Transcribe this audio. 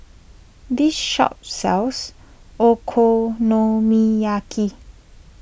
this shop sells Okonomiyaki